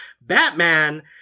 Batman